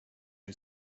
who